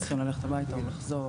נכון, כשהם צריכים ללכת הביתה או לחזור.